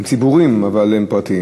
הם ציבוריים, אבל הם פרטיים.